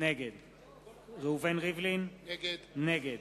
נגד ראובן ריבלין, נגד